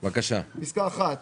""מחזור עסקאות